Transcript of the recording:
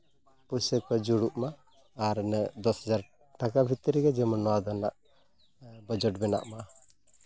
ᱯᱚᱭᱥᱟ ᱠᱚ ᱡᱩᱲᱩᱜ ᱢᱟ ᱟᱨ ᱤᱱᱟᱹᱜ ᱫᱚᱥ ᱦᱟᱡᱟᱨ ᱴᱟᱠᱟ ᱵᱷᱤᱛᱨᱤ ᱨᱮ ᱡᱮᱢᱚᱱ ᱱᱚᱣᱟ ᱫᱚ ᱦᱟᱸᱜ ᱵᱟᱡᱮᱠᱴ ᱵᱮᱱᱟᱜ ᱢᱟ